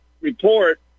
report